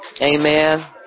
amen